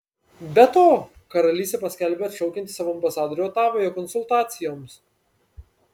be to karalystė paskelbė atšaukianti savo ambasadorių otavoje konsultacijoms